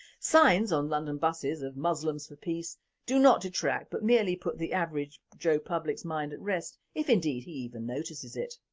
signs on london buses of muslims for peace do not detract but merely put the average joe publicis mind at rest if indeed he even notices it.